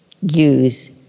use